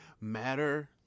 matter